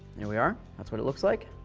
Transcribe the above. here we are, that's what it looks like.